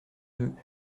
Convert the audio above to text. deux